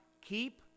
keep